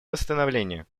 восстановления